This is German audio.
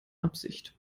absicht